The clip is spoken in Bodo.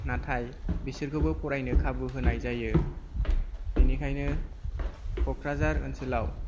नाथाय बिसोरखौबो फरायनो खाबु होनाय जायो बेनिखायनो क'क्राझार ओनसोलाव